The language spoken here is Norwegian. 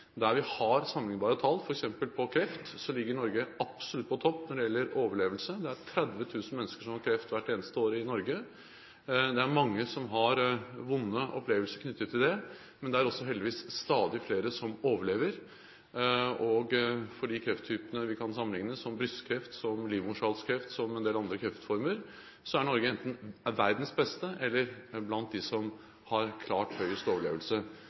Der vi har sammenlignbare tall, f.eks. for kreft, ligger Norge absolutt på topp når det gjelder overlevelse. Det er 30 000 mennesker som får kreft hvert eneste år i Norge. Det er mange som har vonde opplevelser knyttet til det, men det er heldigvis stadig flere som overlever. For de krefttypene vi kan sammenligne – f.eks. brystkreft, livmorhalskreft og en del andre kreftformer – er Norge enten verdens beste eller blant dem som har klart høyest overlevelse.